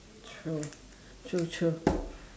true true true